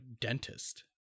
dentist